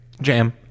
Jam